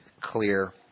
clear